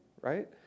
right